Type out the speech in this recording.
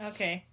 Okay